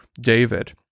David